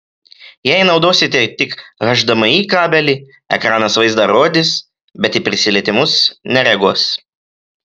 jei naudosite tik hdmi kabelį ekranas vaizdą rodys bet į prisilietimus nereaguos